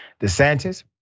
DeSantis